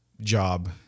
job